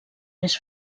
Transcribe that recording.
més